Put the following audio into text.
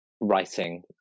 writing